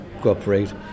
cooperate